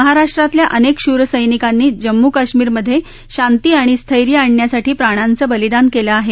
महाराष्ट्रातल्या अनेक श्रसैनिकांनी जम्मू काश्मीरमधे शांती आणि स्थैर्य आणण्यासाठी प्राणांचं बलिदान केलं आहे